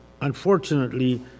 unfortunately